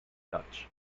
dutch